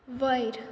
वयर